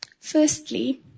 Firstly